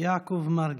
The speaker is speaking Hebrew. יעקב מרגי.